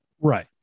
Right